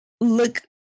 look